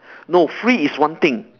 no free is one thing